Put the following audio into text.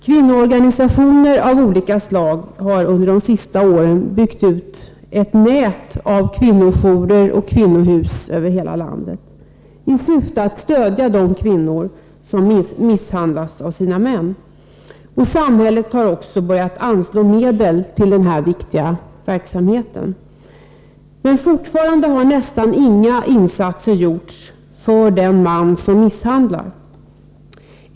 Kvinnoorganisationer av olika slag har under de senaste åren i hela landet byggt upp ett nät av kvinnorjourer och kvinnohus i syfte att stödja de kvinnor som misshandlas av sina män. Samhället har också börjat anslå medel till den här viktiga verksamheten. Fortfarande har nästan inga insatser gjorts för den man som misshandlar.